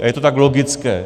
A je to tak logické.